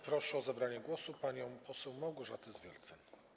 Proszę o zabranie głosu panią poseł Małgorzatę Zwiercan.